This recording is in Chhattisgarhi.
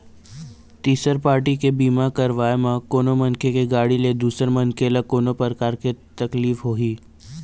तिसर पारटी के बीमा करवाय म कोनो मनखे के गाड़ी ले दूसर मनखे ल कोनो परकार के तकलीफ होही